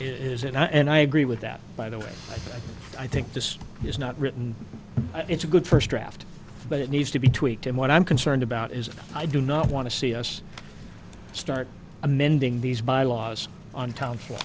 is it and i agree with that by the way i think this is not written it's a good first draft but it needs to be tweaked and what i'm concerned about is i do not want to see us start amending these bylaws on to